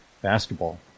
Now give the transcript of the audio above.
basketball